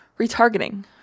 Retargeting